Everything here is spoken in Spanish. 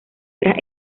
tras